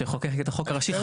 כשחוקק את החוק הראשי,